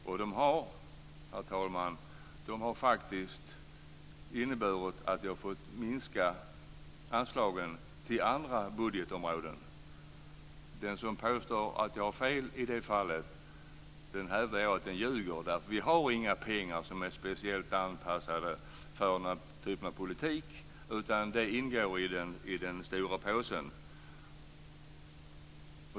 De har, herr talman, faktiskt inneburit att vi fått minska anslagen till andra budgetområden. Den som påstår att jag har fel i det fallet hävdar jag ljuger, därför att vi har inga pengar som är speciellt anpassade för den här typen av politik, utan de ingår i den stora påsen.